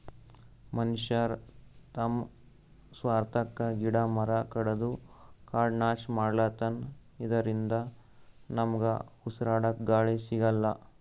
ಮನಶ್ಯಾರ್ ತಮ್ಮ್ ಸ್ವಾರ್ಥಕ್ಕಾ ಗಿಡ ಮರ ಕಡದು ಕಾಡ್ ನಾಶ್ ಮಾಡ್ಲತನ್ ಇದರಿಂದ ನಮ್ಗ್ ಉಸ್ರಾಡಕ್ಕ್ ಗಾಳಿ ಸಿಗಲ್ಲ್